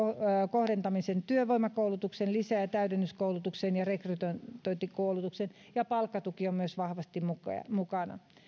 kohdentaminen työvoimakoulutukseen lisä ja täydennyskoulutukseen ja rekrytointikoulutukseen ja palkkatuki on myös vahvasti mukana